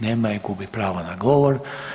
Nema je, gubi pravo na govor.